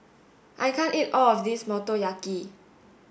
I can't eat all of this Motoyaki